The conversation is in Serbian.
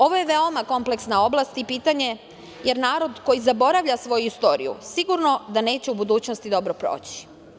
Ovo je veoma kompleksna oblast i pitanje, jer narod koji zaboravlja svoju istoriju sigurno da neće u budućnosti dobro proći.